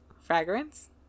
fragrance